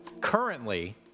Currently